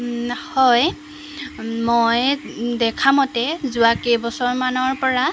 হয় মই দেখা মতে যোৱা কেইবছৰমানৰ পৰা